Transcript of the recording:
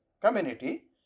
community